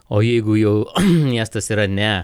o jeigu jau miestas yra ne